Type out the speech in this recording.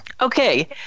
Okay